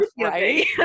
right